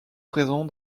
présent